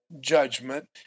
judgment